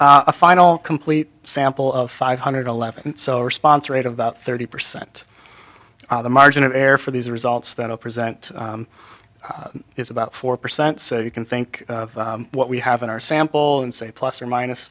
had a final complete sample of five hundred eleven so a response rate of about thirty percent the margin of error for these results that are present is about four percent so you can think of what we have in our sample and say plus or minus